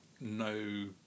no